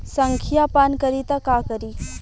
संखिया पान करी त का करी?